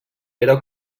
era